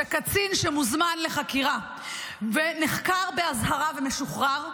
-- שמוזמן לחקירה ונחקר באזהרה ומשוחרר,